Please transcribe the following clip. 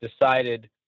decided